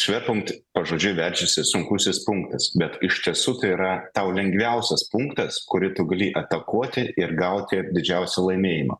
šverpunkt pažodžiui verčiasi sunkusis punktas bet iš tiesų tai yra tau lengviausias punktas kurį tu gali atakuoti ir gauti didžiausią laimėjimą